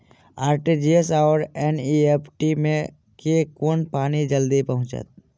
RTGS आओर NEFT मे केँ मे पानि जल्दी पहुँचत